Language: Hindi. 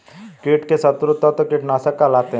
कीट के शत्रु तत्व कीटनाशक कहलाते हैं